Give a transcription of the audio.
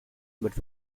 but